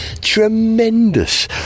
tremendous